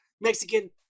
Mexican